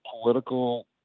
political